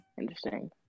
Interesting